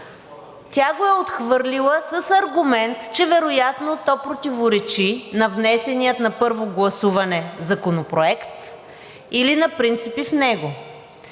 тя го е отхвърлила с аргумент, че вероятно то противоречи на внесения на първо гласуване законопроект или на принципи в него.